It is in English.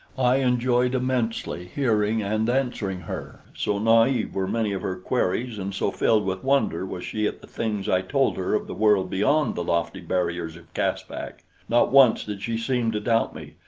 i enjoyed immensely hearing and answering her, so naive were many of her queries and so filled with wonder was she at the things i told her of the world beyond the lofty barriers of caspak not once did she seem to doubt me,